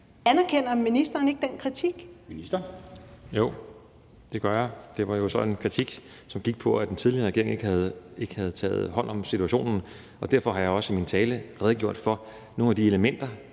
Sundhedsministeren (Magnus Heunicke): Jo, det gør jeg. Det var jo så en kritik, som gik på, at den tidligere regering ikke havde taget hånd om situationen. Derfor har jeg også i min tale redegjort for nogle af de elementer,